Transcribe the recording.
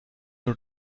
your